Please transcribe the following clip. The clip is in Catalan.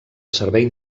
servei